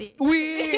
Oui